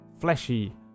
fleshy